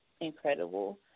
incredible